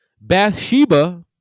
Bathsheba